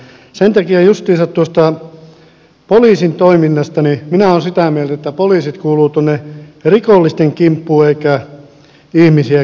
sen takia justiinsa tuosta poliisin toiminnasta minä olen sitä mieltä että poliisit kuuluvat tuonne rikollisten kimppuun eivätkä ihmisiä kiusaamaan tuonne tien päälle